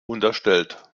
unterstellt